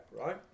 Right